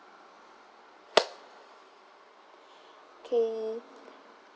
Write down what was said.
K